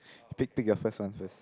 pick pick a first one first